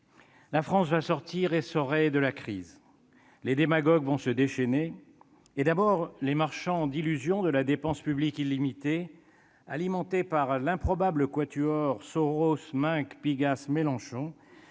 La France sortira essorée de la crise. Les démagogues vont se déchaîner, à commencer par les marchands d'illusion de la dépense publique illimitée, mouvement alimenté par l'improbable quatuor Soros, Minc, Pigasse, Mélenchon,